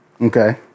Okay